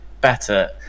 better